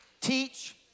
teach